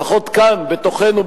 לפחות כאן בתוכנו,